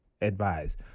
advised